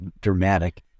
dramatic